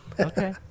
Okay